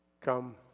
Come